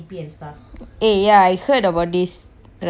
eh ya I heard about this right